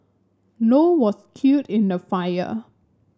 low was killed in the fire